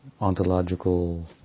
ontological